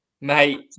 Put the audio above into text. Mate